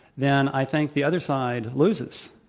then i think the other side loses,